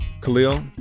Khalil